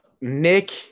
Nick